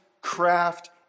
craft